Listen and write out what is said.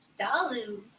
Dalu